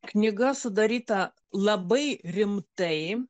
knyga sudaryta labai rimtai